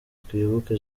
twibuke